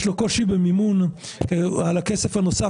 * יש לו קושי במימון על הכסף הנוסף